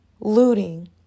looting